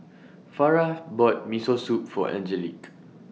Farrah bought Miso Soup For Angelique